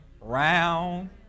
round